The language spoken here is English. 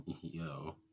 Yo